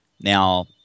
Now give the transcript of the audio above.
now